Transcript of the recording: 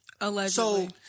Allegedly